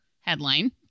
headline